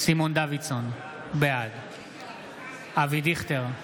סימון דוידסון, בעד אבי דיכטר,